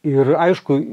ir aišku